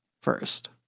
first